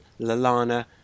Lalana